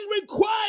required